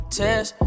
test